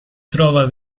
trova